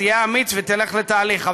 תהיה אמיץ ותלך לתהליך,